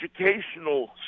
educational